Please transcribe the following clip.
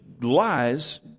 lies